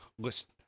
Listen